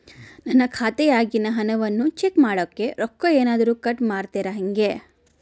ನನ್ನ ಖಾತೆಯಾಗಿನ ಹಣವನ್ನು ಚೆಕ್ ಮಾಡೋಕೆ ರೊಕ್ಕ ಏನಾದರೂ ಕಟ್ ಮಾಡುತ್ತೇರಾ ಹೆಂಗೆ?